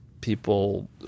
people